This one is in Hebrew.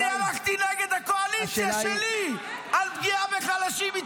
אני הלכתי איתכם נגד הקואליציה שלי על פגיעה בחלשים.